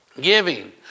giving